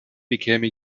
bekäme